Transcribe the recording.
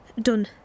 done